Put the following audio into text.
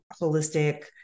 holistic